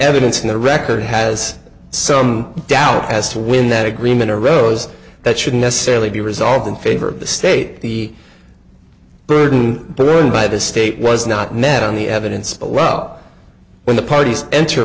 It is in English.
evidence in the record has some doubt as to when that agreement arose that should necessarily be resolved in favor of the the state burden the room by the state was not met on the evidence but well when the parties enter a